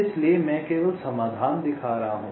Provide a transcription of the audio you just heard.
इसलिए मैं केवल समाधान दिखा रहा हूं